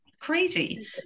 crazy